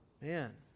Man